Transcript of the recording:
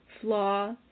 flaw